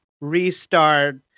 restart